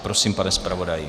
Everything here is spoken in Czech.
Prosím, pane zpravodaji.